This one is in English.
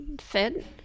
fit